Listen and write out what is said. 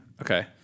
Okay